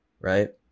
right